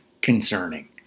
concerning